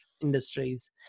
industries